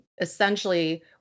essentially